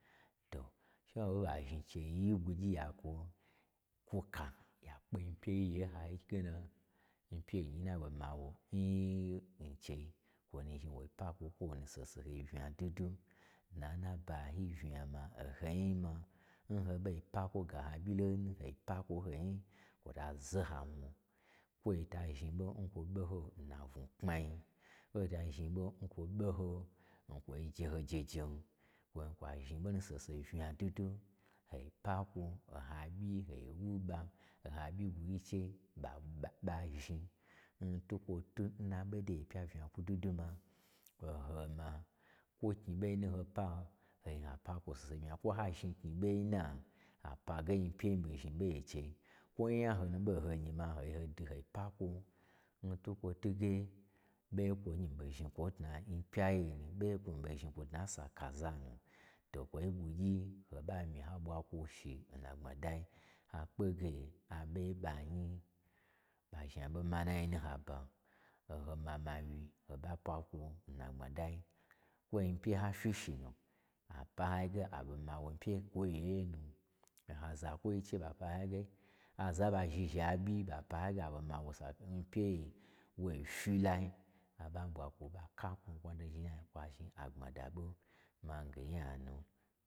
To, che ho to ha zhni che, o yi ɓwu gyi ya kwo-kwu ka ya kpe nyi pyei ye n hayige na, nyipyei nyi n na ɓo ma wo, nnnn n chei kwo nu zhni wo pa kwo, kwo woni saho saho yi unya dwudwu. Dna n nabayi unya ma o ho nyi ma n ho ɓo pakwo ga ha ɓyi lonu, ho pakwo n ho nyi, kwo ta zoha mwu, kwoi ta zhni ɓo n kwo ɓo ho n na unwu kamai, kwota zhni ɓon kwo ɓoho n kwoi je hojejen, kwoi kwa zhni ɓo nu saho saho yi unya dwudwu, hoi pakwo, oha ɓyi hoi wu ɓa, o ha ɓyi-i ɓwui che ɓa-ɓa-ɓa zhni n twukwo twuge n na ɓo daya pya unya gwudwu dwuma, o ha ma, kwo knyi ɓoi nun ho pa, hoi hapa kwo n saho sahoi unya kwo ha zhni knyi ɓoi na ha pa ge nyipyei n ɓo zhni ɓo ye n chei, kwo nya ho nu ɓon ho nyi ma, ha gye hoi dwu hoi pakwo, n twukwo twuge, ɓo ye kwo nyi mii ɓo zhni kwo n tna, n pya yei nu, ɓoye kwo nyi mii ɓo zhni kwo dna n sa kasa nu. To kwoin ɓwugyi, ho ɓa myi ha ɓwa kwo shi nnagbmadai, ha kpege a ɓo yen ɓa nyi, ɓa zhni a ɓo manai nun haba, o ho mama wyi ho ɓa pakwo n na gbmadai, kwo nyipeyi n ha fyi shi nu, a pan hayi ge a ɓo ma wo n pyei kwo yei nu, o ha zakwoi che ɓa pa n hayi ge, aza n ɓa zhi zhi nyi a ɓyi ɓa pa n hayi ge a ɓo ma wo sa-n nyi pyei yei wo fyi lai, a ɓa ɓwakwo ɓaika kwo, kwonu zhni kwo nu zhni n ha, kwa zhni agbamada ɓo, mange nya nu.